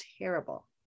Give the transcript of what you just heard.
terrible